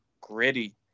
gritty